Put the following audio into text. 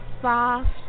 soft